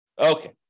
Okay